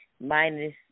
minus